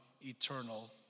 eternal